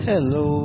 Hello